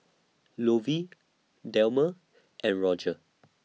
Lovey Delmer and Rodger